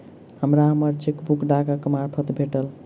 हमरा हम्मर चेकबुक डाकक मार्फत भेटल